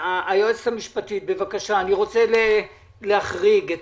היועצת המשפטית, בבקשה, אני רוצה להחריג.